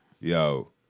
yo